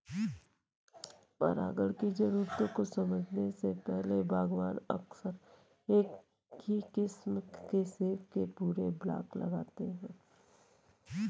परागण की जरूरतों को समझने से पहले, बागवान अक्सर एक ही किस्म के सेब के पूरे ब्लॉक लगाते थे